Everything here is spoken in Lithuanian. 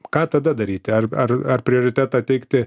ką tada daryti ar ar ar prioritetą teikti